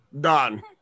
done